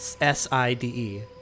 S-I-D-E